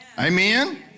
Amen